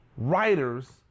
Writers